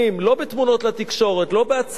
אלא בפעולה ממש,